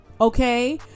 okay